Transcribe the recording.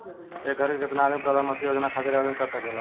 एक घर के केतना आदमी प्रधानमंत्री योजना खातिर आवेदन कर सकेला?